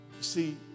See